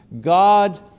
God